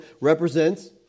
represents